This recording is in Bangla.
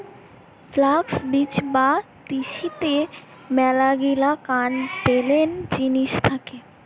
ফ্লাক্স বীজ বা তিসিতে মেলাগিলা কান পেলেন জিনিস থাকে